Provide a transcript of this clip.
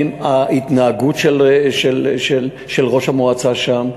ההתנהגות של ראש המועצה שם,